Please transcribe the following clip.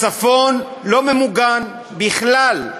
הצפון לא ממוגן בכלל.